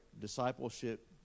discipleship